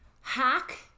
hack